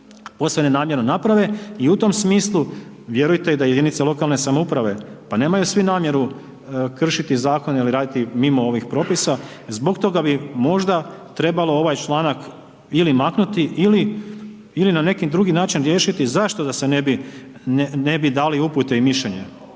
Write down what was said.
posve nenamjerno naprave i u tom smislu, vjerujte da i jedinice lokalne samouprave, pa nemaju svi namjeru kršiti zakon ili raditi mimo ovih propisa, zbog toga bi možda trebalo ovaj članak ili maknuti ili na neki drugi način riješiti, zašto da se ne bi dali upute i mišljenja,